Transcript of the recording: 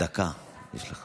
דקה יש לך.